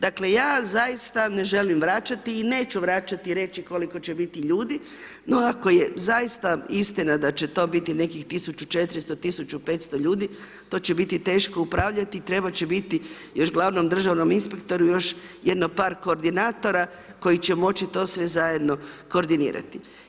Dakle ja zaista ne želim vraćati i neću vraćati i reći koliko će biti ljudi no ako je zaista istina da će to biti nekih 1400, 1500 ljudi to će biti teško upravljati i trebati će biti još glavnom državnom inspektoru još jedno par koordinatora koji će moći to sve zajedno koordinirati.